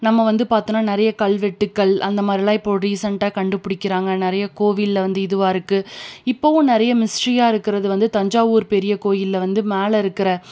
நம்ம வந்து பார்த்தோன்னா நிறைய கல்வெட்டுக்கள் அந்த மாதிரிலான் இப்போ ரீசண்ட்டாக கண்டுப்பிடிக்கிறாங்க நிறைய கோவிலில் வந்து இதுவாக இருக்குது இப்போவும் நிறைய ஹிஸ்டிரியாக இருக்கிறது தஞ்சாவூர் பெரிய கோயிலில் வந்து மேலே இருக்கிற